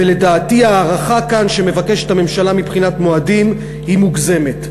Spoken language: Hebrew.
ולדעתי ההארכה כאן שמבקשת הממשלה מבחינת המועדים היא מוגזמת.